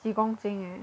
几公斤 eh